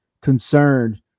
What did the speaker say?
concerned